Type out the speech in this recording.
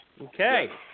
Okay